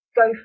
go